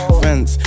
friends